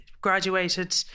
graduated